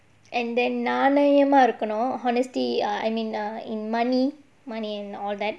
and then நாணயமா இருக்கனும்:nanayamaa irukkanum honesty err I mean err in money money and all that